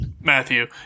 Matthew